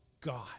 God